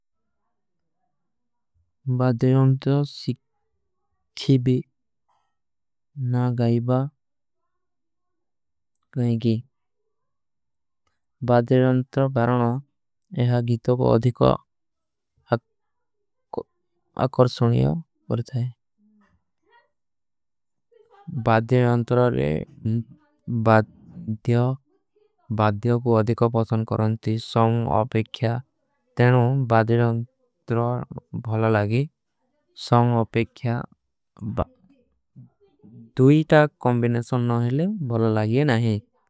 ବାଦ୍ଯାଯଂତ୍ର ସିଖ୍ଥୀ ଭୀ ନା ଗାଈବା କୋଈ ଗୀ। ବାଦ୍ଯାଯଂତ୍ର ବାରଣ ଏହା ଗୀତୋ କୋ ଅଧିକା। ଅକର ସୁନିଯୋ ପର ଜାଏ ବାଦ୍ଯାଯଂତ୍ର ବାଦ୍ଯା। ବାଦ୍ଯା କୋ ଅଧିକା ପସଂଦ କରନତୀ ସଂଗ ଅପେଖ୍ଯା ତେନୋ ବାଦ୍ଯାଯଂତ୍ର। ବହଲା ଲାଗୀ ସଂଗ ଅପେଖ୍ଯା ବାଦ୍ଯା ଦୂଈ ତା। କମ୍ବିନେଶନ ନହୀଲେ ବହଲା ଲାଗୀ ଯେ ନା ହୈ।